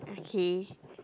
okay